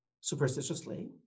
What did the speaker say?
superstitiously